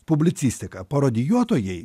publicistika parodijuotojai